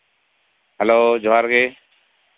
hello ᱡᱚᱦᱟᱨ ᱜᱮ